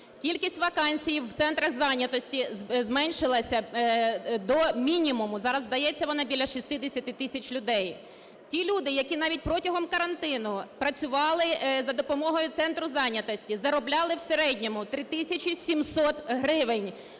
Кількість вакансій в центрах зайнятості зменшилася до мінімуму, зараз, здається, вона біля 60 тисяч людей. Ті люди, які навіть протягом карантину працювали за допомогою центру зайнятості, заробляли в середньому 3 тисячі 700 гривень